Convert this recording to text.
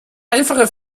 einfache